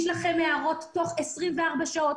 נגיש לכם הערות תוך 24 שעות,